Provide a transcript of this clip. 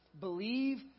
believe